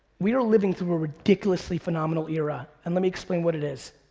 we are living through a ridiculously phenomenal era. and let me explain what it is.